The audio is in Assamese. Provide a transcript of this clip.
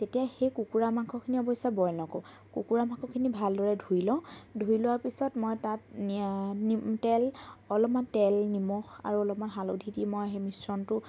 তেতিয়া সেই কুকুৰা মাংসখিনি অৱশ্যে বইল নকৰো কুকুৰা মাংসখিনি ভালদৰে ধুই লওঁ ধুই লোৱাৰ পিছত মই তাত তেল অলপমান তেল নিমখ আৰু অলপমান হালধি দি মই সেই মিশ্ৰণটো